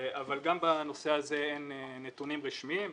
אבל גם בנושא הזה אין נתונים רשמיים,